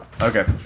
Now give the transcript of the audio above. Okay